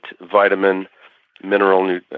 vitamin-mineral